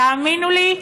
תאמינו לי,